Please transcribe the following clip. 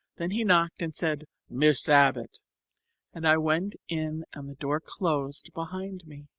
then he knocked and said, miss abbott and i went in and the door closed behind me.